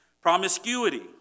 Promiscuity